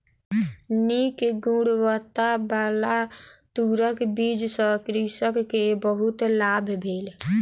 नीक गुणवत्ताबला तूरक बीज सॅ कृषक के बहुत लाभ भेल